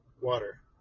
water